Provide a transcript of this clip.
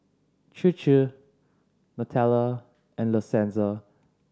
Chir Chir Nutella and La Senza